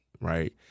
right